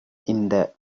இந்த